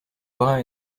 brun